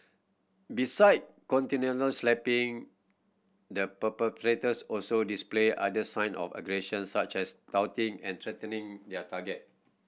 beside continual slapping the perpetrators also displayed other sign of aggression such as taunting and threatening their target